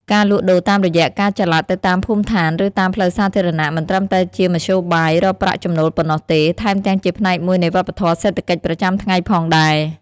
ការលក់ដូរតាមរយៈការចល័តទៅតាមភូមិឋាន ឬតាមផ្លូវសាធារណៈ មិនត្រឹមតែជាមធ្យោបាយរកប្រាក់ចំណូលប៉ុណ្ណោះទេ ថែមទាំងជាផ្នែកមួយនៃវប្បធម៌សេដ្ឋកិច្ចប្រចាំថ្ងៃផងដែរ។